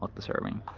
deserving